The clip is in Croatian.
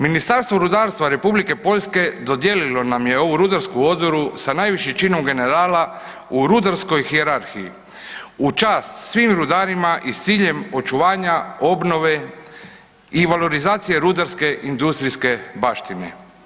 Ministarstvo rudarstva Republike Poljske dodijelilo nam je ovu rudarsku odoru sa najvišim činom generala u rudarskoj hijerarhiji u čast svim rudarima i s ciljem očuvanja obnove i valorizacije rudarske industrijske baštine.